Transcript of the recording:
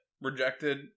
rejected